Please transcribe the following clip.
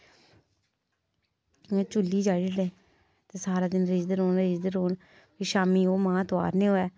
इ'यां चुल्ली र चाढ़ी ड़दे सारै देन रिज्जदे रौंह्न रिज्जदे रौंह्न ते शामी ओह् मांह् तोआरने होऐ